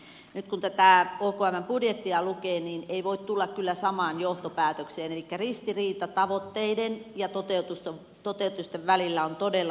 nyt kun tätä okmn budjettia lukee niin ei voi tulla kyllä samaan johtopäätökseen elikkä ristiriita tavoitteiden ja toteutusten välillä on todella suuri